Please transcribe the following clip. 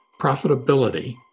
profitability